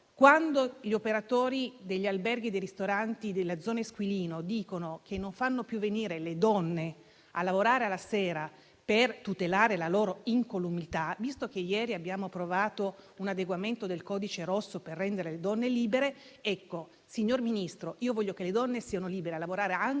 Gli operatori degli alberghi e dei ristoranti della zona Esquilino dicono che non fanno più venire le donne a lavorare di sera per tutelare la loro incolumità. Ieri abbiamo approvato un adeguamento del codice rosso per rendere le donne libere. Signor Ministro, io voglio che le donne siano libere anche